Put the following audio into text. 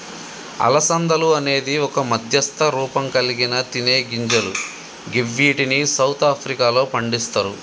అలసందలు అనేది ఒక మధ్యస్థ రూపంకల్గిన తినేగింజలు గివ్విటిని సౌత్ ఆఫ్రికాలో పండిస్తరు